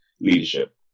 leadership